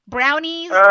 Brownies